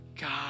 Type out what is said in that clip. God